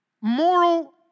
Moral